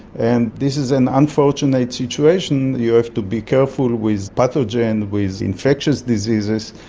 and this is an unfortunate situation, you have to be careful with pathogens, with infectious diseases.